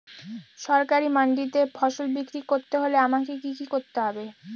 সরকারি মান্ডিতে ফসল বিক্রি করতে হলে আমাকে কি কি করতে হবে?